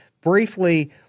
briefly